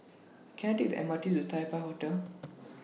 Can I Take The M R T to Taipei Hotel